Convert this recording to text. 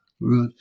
Right